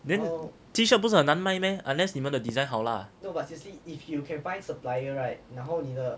then T shirt 不是很难买咩 unless 你们的 design 好啦